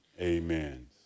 amen